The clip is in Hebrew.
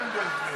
אין דרך אחרת.